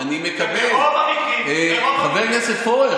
ברוב המקרים שם זה עם מסכות, חבר הכנסת פורר,